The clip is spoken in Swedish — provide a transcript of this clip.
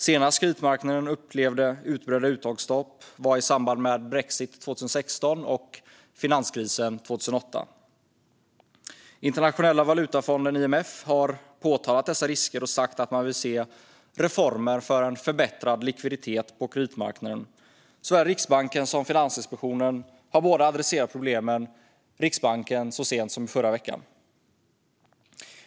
Senast kreditmarknaden upplevde utbredda uttagsstopp var i samband med brexit 2016 och finanskrisen 2008. Internationella valutafonden, IMF, har påtalat dessa risker och sagt att man vill se reformer för en förbättrad likviditet på kreditmarknaden. Såväl Riksbanken som Finansinspektionen har adresserat problemet, Riksbanken så sent som i förra veckan.